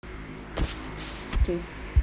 okay